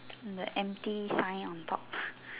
the empty sign on top